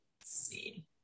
See